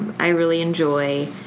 i really enjoy,